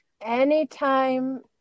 Anytime